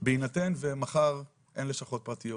בהינתן ומחר אין לשכות פרטיות,